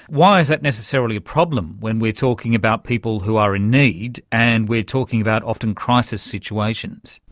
why is that necessarily a problem when we are talking about people who are in need and we are talking about often crisis situations?